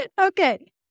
Okay